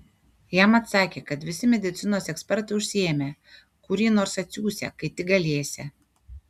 jam atsakė kad visi medicinos ekspertai užsiėmę kurį nors atsiųsią kai tik galėsią